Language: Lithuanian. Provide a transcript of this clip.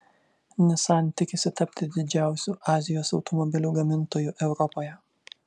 nissan tikisi tapti didžiausiu azijos automobilių gamintoju europoje